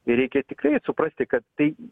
ir reikia tikrai suprasti kad tai